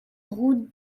route